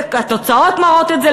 והתוצאות מראות את זה,